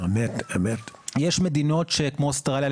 יש מדינות כמו אוסטרליה,